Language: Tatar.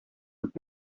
бик